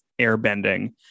airbending